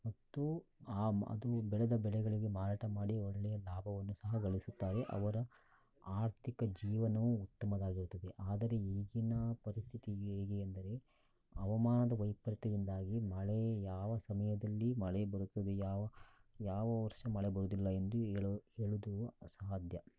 ಮತ್ತು ಆ ಅದು ಬೆಳೆದ ಬೆಳೆಗಳಿಗೆ ಮಾರಾಟ ಮಾಡಿ ಒಳ್ಳೆ ಲಾಭವನ್ನು ಸಹ ಗಳಿಸುತ್ತಾರೆ ಅವರ ಆರ್ಥಿಕ ಜೀವನವು ಉತ್ತಮವಾಗಿರುತ್ತದೆ ಆದರೆ ಈಗಿನ ಪರಿಸ್ಥಿತಿಗೆ ಹೇಗೆಂದರೆ ಹವಾಮಾನದ ವೈಪರೀತ್ಯದಿಂದಾಗಿ ಮಳೆ ಯಾವ ಸಮಯದಲ್ಲಿ ಮಳೆ ಬರುತ್ತದೆ ಯಾವ ಯಾವ ವರ್ಷ ಮಳೆ ಬರುವುದಿಲ್ಲ ಎಂದು ಹೇಳು ಹೇಳುವುದು ಅಸಾಧ್ಯ